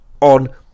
on